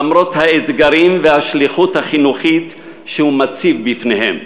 למרות האתגרים והשליחות החינוכית שהוא מציב בפניהם.